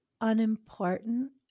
unimportant